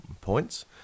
points